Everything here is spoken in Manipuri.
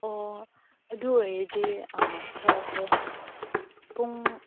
ꯑꯣ ꯑꯗꯨ ꯑꯣꯏꯔꯗꯤ ꯁꯥꯔ ꯍꯌꯦꯡ ꯄꯨꯡ